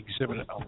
exhibit